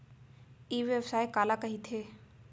ई व्यवसाय काला कहिथे?